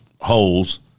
holes